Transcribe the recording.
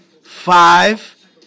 five